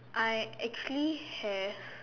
I actually have